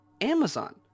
Amazon